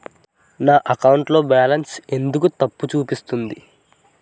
నా అకౌంట్ లో బాలన్స్ ఎందుకు తప్పు చూపిస్తుంది?